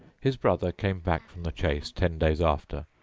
his brother came back from the chase ten days after,